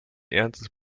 ernstes